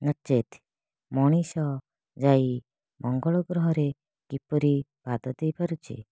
ନଚେତ୍ ମଣିଷ ଯାଇ ମଙ୍ଗଳ ଗ୍ରହରେ କିପରି ପାଦ ଦେଇ ପାରୁଛି